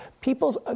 People's